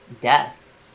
Death